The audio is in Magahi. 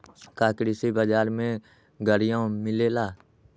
का कृषि बजार में गड़ियो मिलेला?